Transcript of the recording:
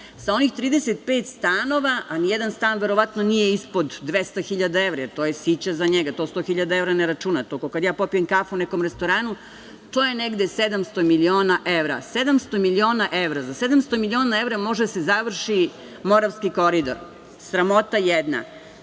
Sa onih 35 stanova, a nijedan stan nije verovatno ispod 200.000 evra, jer to je sića za njega, to 100.000 evra ne računa, to je kao kad ja popijem kafu u nekom restoranu, to je negde 700 miliona evra. Za 700 miliona evra može da se završi Moravski koridor, sramota jedna. Kao